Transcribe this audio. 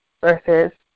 versus